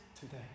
Today